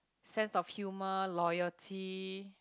sense of humour loyalty